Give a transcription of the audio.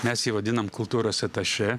mes jį vadinam kultūros atašė